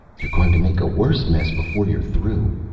you're going to make a worse mess before you're through,